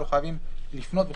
לא חייבים לפנות וכו',